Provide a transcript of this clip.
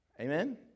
Amen